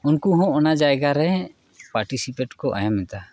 ᱩᱱᱠᱩ ᱦᱚᱸ ᱚᱱᱟ ᱡᱟᱭᱜᱟ ᱨᱮ ᱯᱟᱴᱤᱥᱤᱯᱮᱴ ᱠᱚ ᱮᱢ ᱮᱫᱟ